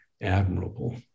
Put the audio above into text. admirable